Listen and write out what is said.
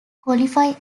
qualify